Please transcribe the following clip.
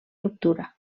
ruptura